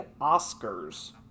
Oscars